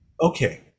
okay